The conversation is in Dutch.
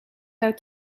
uit